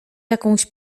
jakąś